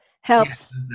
helps